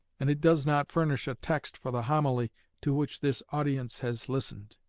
and it does not furnish a text for the homily to which this audience has listened.